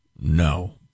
No